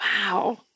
Wow